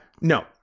No